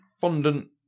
fondant